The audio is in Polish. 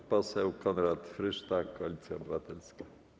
Pan poseł Konrad Frysztak, Koalicja Obywatelska.